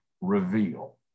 reveal